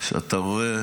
כשאתה רואה